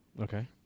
Okay